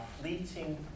fleeting